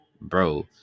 bro